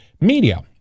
media